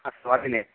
ಹಾಂ ತೊಗೋತೀನಿ